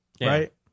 Right